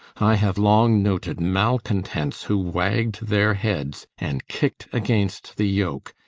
i have long noted malcontents who wagged their heads, and kicked against the yoke,